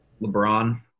LeBron